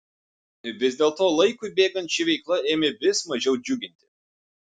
vis dėlto laikui bėgant ši veikla ėmė vis mažiau džiuginti